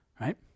right